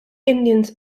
indians